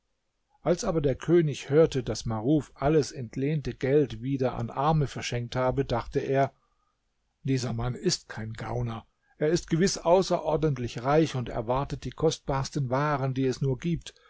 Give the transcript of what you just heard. als aber der könig hörte daß maruf alles entlehnte geld wieder an arme verschenkt habe dachte er dieser mann ist kein gauner er ist gewiß außerordentlich reich und erwartet die kostbarsten waren die es nur gibt